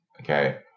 Okay